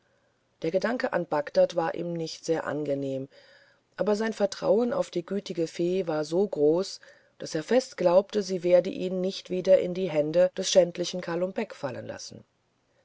der gedanke an bagdad war ihm nicht sehr angenehm aber sein vertrauen auf die gütige fee war so groß daß er fest glaubte sie werde ihn nicht wieder in die hände des schändlichen kalum beck fallen lassen